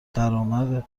درامد